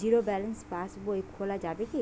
Zero balance pass বই খোলা যাবে কি?